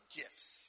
gifts